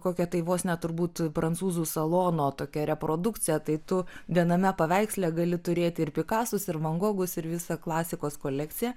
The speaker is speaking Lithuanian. kokia tai vos ne turbūt prancūzų salono tokia reprodukcija tai tu viename paveiksle gali turėti ir pikasus ir vangus ir visą klasikos kolekciją